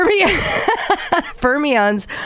fermions